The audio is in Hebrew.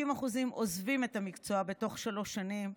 50% עוזבים את המקצוע בתוך שלוש שנים,